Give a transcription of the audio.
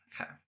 Okay